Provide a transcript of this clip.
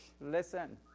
listen